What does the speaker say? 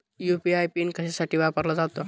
UPI pin कशासाठी वापरला जातो?